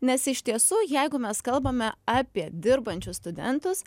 nes iš tiesų jeigu mes kalbame apie dirbančius studentus